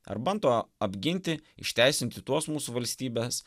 ar bando apginti išteisinti tuos mūsų valstybės